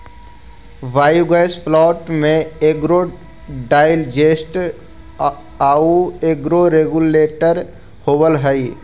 biogas plant में एगो digester आउ एगो रेगुलेटर होवऽ हई